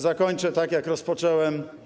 Zakończę tak, jak rozpocząłem.